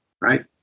right